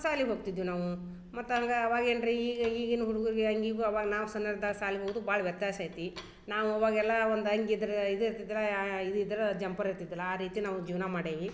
ಸಾಲಿಗೆ ಹೋಗ್ತಿದ್ವಿ ನಾವು ಮತ್ತೆ ಹಂಗಾ ಅವಾಗ ಏನು ರೀ ಈಗ ಈಗಿನ ಹುಡುಗ್ರುಗೆ ಹಂಗ ಈಗು ಅವಾಗ ನಾವು ಸಣ್ಣರಿದ್ದಾಗ್ ಶಾಲಿಗ್ ಹೋಗುದ್ ಭಾಳ್ ವ್ಯತ್ಯಾಸ ಐತಿ ನಾವು ಅವಾಗೆಲ್ಲಾ ಒಂದು ಅಂಗಿ ಇದ್ರೂ ಇದು ಇರ್ತಿದಿಲ್ಲ ಇದಿದ್ರ ಜಂಪರ್ ಇರ್ತಿದಿಲ್ಲ ಆ ರೀತಿ ನಾವು ಜೀವನ ಮಾಡೀವಿ